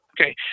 Okay